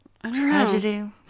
Tragedy